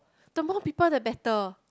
the more people the better